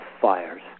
fires